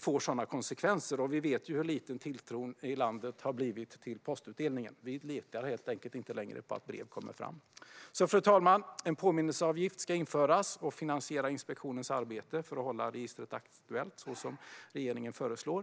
får sådana konsekvenser. Och vi vet ju hur liten tilltron har blivit i landet till postutdelningen; vi litar helt enkelt inte längre på att brev kommer fram. Fru talman! En påminnelseavgift ska införas och finansiera inspektionens arbete för att hålla registret aktuellt, som regeringen föreslår.